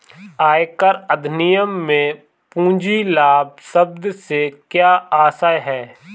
आयकर अधिनियम में पूंजी लाभ शब्द से क्या आशय है?